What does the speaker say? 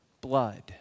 Blood